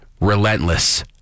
relentless